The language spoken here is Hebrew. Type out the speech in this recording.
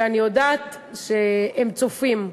שאני יודעת שהם צופים,